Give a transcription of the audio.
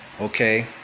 okay